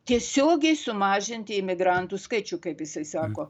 tiesiogiai sumažinti imigrantų skaičių kaip jisai sako